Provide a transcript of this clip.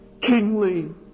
kingly